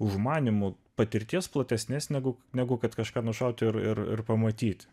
užmanymu patirties platesnės negu negu kad kažką nušauti ir ir pamatyti